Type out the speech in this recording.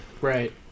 right